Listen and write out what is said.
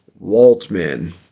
Waltman